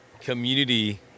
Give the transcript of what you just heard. community